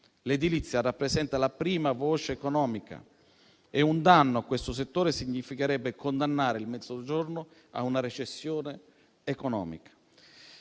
l'edilizia rappresenta la prima voce economica. Un danno a questo settore significherebbe condannare il Mezzogiorno a una recessione economica.